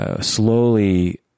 Slowly